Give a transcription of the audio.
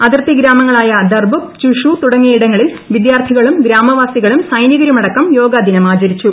അതിർത്തി ഗ്രാമങ്ങളായ ദർബുക് ചുഷു തുടങ്ങിയിടങ്ങളിൽ വിദ്യാർത്ഥികളും ഗ്രാമവാസികളും സൈനികരുമടക്കം യോഗാദിനമാചരിച്ചു